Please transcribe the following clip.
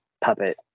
puppet